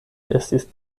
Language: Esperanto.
estis